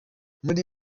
muri